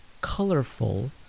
colorful